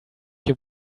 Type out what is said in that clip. your